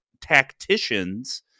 tacticians